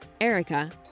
Erica